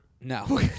No